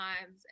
times